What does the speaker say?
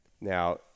Now